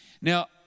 Now